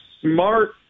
smart